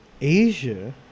Asia